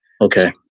okay